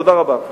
תודה רבה.